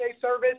service